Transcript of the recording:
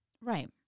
Right